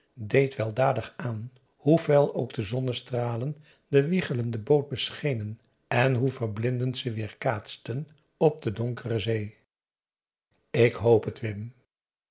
deed weldadig aan hoe fel ook de zonnestralen de wiegelende boot beschenen en hoe verblindend ze weerkaatsten op de donkere zee ik hoop het wim